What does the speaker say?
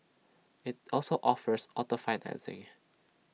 IT also offers auto financing